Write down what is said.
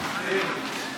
מתחייב אני.